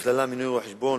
ובכללם מינוי רואה-חשבון